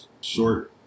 short-